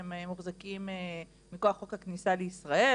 הם מוחזקים מכוח חוק הכניסה לישראל,